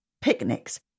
picnics